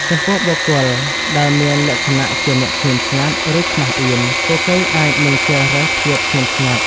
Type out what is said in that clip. ចំពោះបុគ្គលដែលមានលក្ខណៈជាអ្នកស្ងៀមស្ងាត់ ឬខ្មាសអៀន ពួកគេអាចនឹងជ្រើសរើសភាពស្ងៀមស្ងាត់។